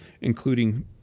including